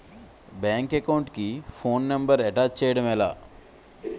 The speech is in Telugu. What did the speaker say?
బ్యాంక్ అకౌంట్ కి ఫోన్ నంబర్ అటాచ్ చేయడం ఎలా?